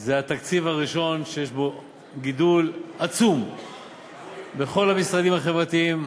זה התקציב הראשון שיש בו גידול עצום בכל המשרדים החברתיים,